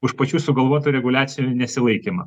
už pačių sugalvotų reguliacijų nesilaikymą